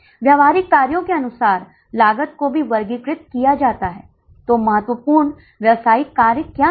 योगदान 392 पर अपरिवर्तित होता है